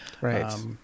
Right